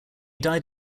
died